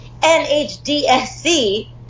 NHDSC